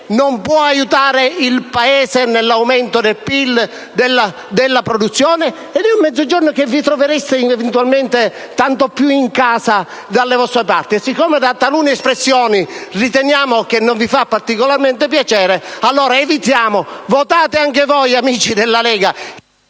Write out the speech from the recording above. non può aiutare il Paese nell'aumento del PIL e della produzione. È un Mezzogiorno che vi trovereste eventualmente tanto più in casa dalle vostre parti. Siccome da talune espressioni avvertiamo che non vi fa particolarmente piacere, evitiamo e votate anche voi, amici della Lega,